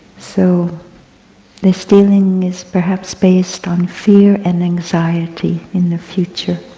so the stealing is perhaps based on fear and anxiety in the future.